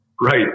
Right